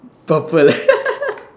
purple